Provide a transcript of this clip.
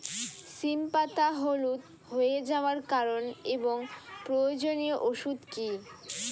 সিম পাতা হলুদ হয়ে যাওয়ার কারণ এবং প্রয়োজনীয় ওষুধ কি?